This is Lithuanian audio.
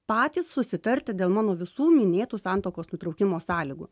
patys susitarti dėl mano visų minėtų santuokos nutraukimo sąlygų